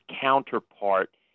counterpart